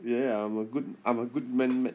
ya ya ya I'm a good I'm a good man [man]